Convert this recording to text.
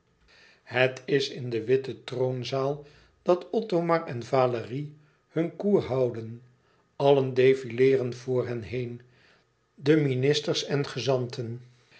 het is in de witte troonzaal dat othomar en valérie hun cour houden allen defileeren voor hen heen de ministers en gezanten